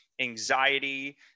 anxiety